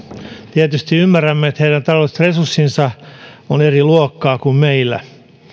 tietysti ymmärrämme että heidän talousresurssinsa ovat eri luokkaa kuin meillä